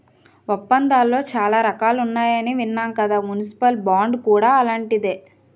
ఒప్పందాలలో చాలా రకాలున్నాయని విన్నాం కదా మున్సిపల్ బాండ్ కూడా అలాంటిదే